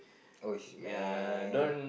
!oof! man